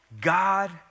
God